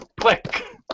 click